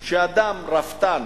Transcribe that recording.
שאדם רפתן